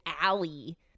alley